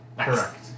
correct